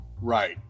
Right